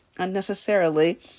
unnecessarily